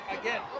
again